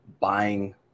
buying